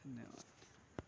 دھنیاواد